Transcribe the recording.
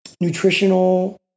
nutritional